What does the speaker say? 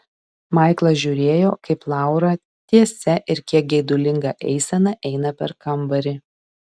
maiklas žiūrėjo kaip laura tiesia ir kiek geidulinga eisena eina per kambarį